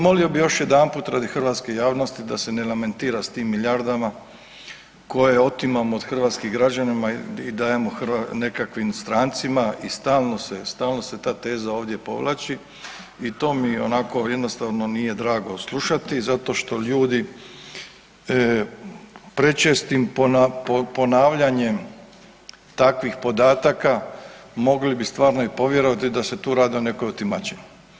Molio bih još jedanput radi hrvatske javnosti da se ne lamentira s tim milijardama koje otimamo od hrvatskih građana i dajemo nekakvim strancima i stalno se ta teze ovdje povlači i to mi onako jednostavno nije drago slušati zato što ljudi prečestim ponavljam takvih podataka mogli bi stvarno i povjerovati da se tu radi o nekoj otimačini.